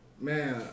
Man